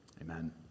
Amen